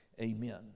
amen